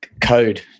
code